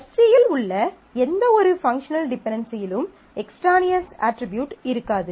Fc இல் உள்ள எந்தவொரு பங்க்ஷனல் டிபென்டென்சியிலும் எக்ஸ்ட்ரானியஸ் அட்ரிபியூட்ஸ் இருக்காது